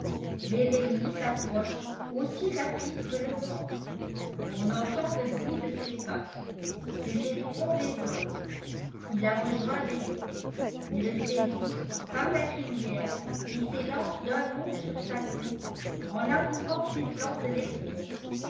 mais l'ennemi s'approche aussi rapide que le vent on entend le bruit de ses pas ses éperons résonnent il a rejoint léon il le saisit par la crinière et s'élance d'un bond sur sa croupe en labourant ses flancs de l'éperon